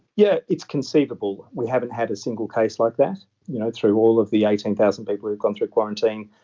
yeah it's conceivable. we haven't had a single case like that you know through all of the eighteen thousand people who've gone through quarantine,